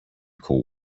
call